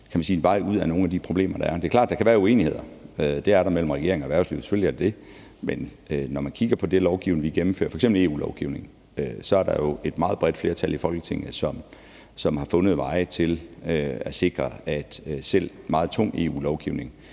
en vej ud af nogle af de problemer, der er. Det er klart, der kan være uenigheder. Det er der mellem regeringen og erhvervslivet. Selvfølgelig er der det. Men når man kigger på den lovgivning, vi gennemfører, f.eks. EU-lovgivning, er der jo et meget bredt flertal i Folketinget, som har fundet veje til at sikre, at vi får implementeret selv meget tung EU-lovgivning